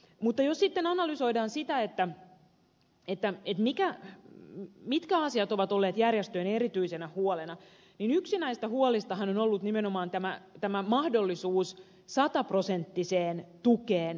mutta jos sitten analysoidaan sitä mitkä asiat ovat olleet järjestöjen erityisenä huolena niin yksi näistä huolistahan on ollut nimenomaan tämä mahdollisuus sataprosenttiseen tukeen käytännössä